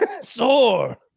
sore